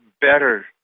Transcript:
better